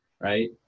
right